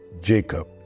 Jacob